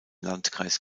landkreis